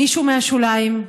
מישהו מהשוליים,